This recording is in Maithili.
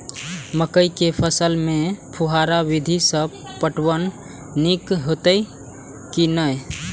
मकई के फसल में फुहारा विधि स पटवन नीक हेतै की नै?